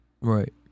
Right